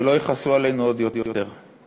שלא יכעסו עלינו עוד יותר האחרים.